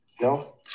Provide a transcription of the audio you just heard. No